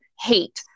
hate